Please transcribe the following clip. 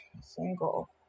single